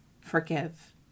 forgive